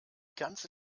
ganze